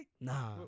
Nah